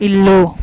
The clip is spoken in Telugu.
ఇల్లు